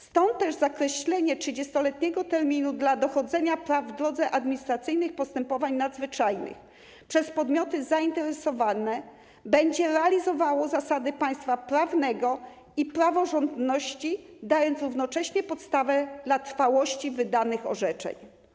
Stąd też zakreślenie 30-letniego terminu dla dochodzenia praw w drodze administracyjnych postępowań nadzwyczajnych przez podmioty zainteresowane będzie realizowało zasady państwa prawnego i praworządności, dając równocześnie podstawę dla trwałości wydanych orzeczeń.